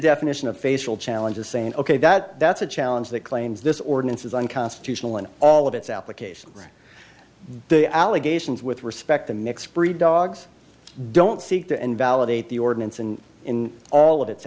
definition of facial challenge as saying ok that that's a challenge that claims this ordinance is unconstitutional in all of its application the allegations with respect to mixed breed dogs don't seek to invalidate the ordinance and in all of its